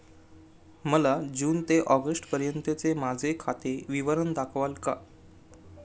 मला जून ते ऑगस्टपर्यंतचे माझे खाते विवरण दाखवाल का?